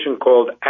called